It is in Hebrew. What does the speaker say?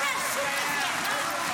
--- מה זה השוק הזה?